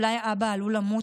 אולי אבא עלול למות,